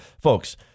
folks